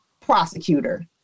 prosecutor